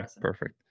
Perfect